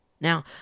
Now